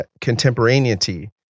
contemporaneity